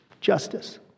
justice